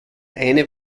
eine